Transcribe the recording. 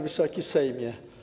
Wysoki Sejmie!